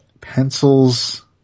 pencils